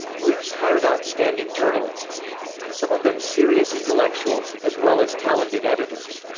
luce hired outstanding journalists some of them serious intellectuals, as well as talented editors.